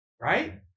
right